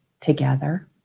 together